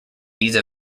these